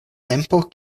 tempo